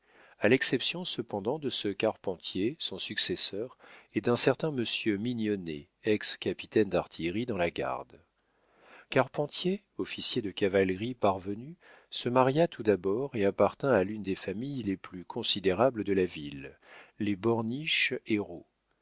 à l'exception cependant de ce carpentier son successeur et d'un certain monsieur mignonnet ex capitaine d'artillerie dans la garde carpentier officier de cavalerie parvenu se maria tout d'abord et appartint à l'une des familles les plus considérables de la ville les borniche héreau